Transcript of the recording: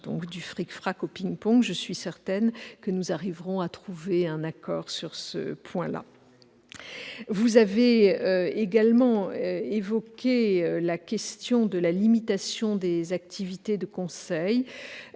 Du fric-frac au ping-pong, je suis certaine que nous arriverons à trouver un accord sur ce point ! Vous avez encore évoqué la question de la limitation des activités de conseil.